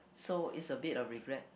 so it's a bit of regret